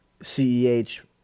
CEH